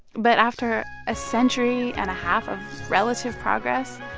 but after a century and a half of relative progress,